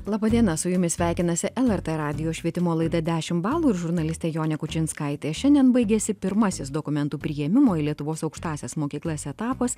laba diena su jumis sveikinasi lrt radijo švietimo laida dešimt balų ir žurnalistė jonė kučinskaitė šiandien baigiasi pirmasis dokumentų priėmimo į lietuvos aukštąsias mokyklas etapas